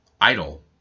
idle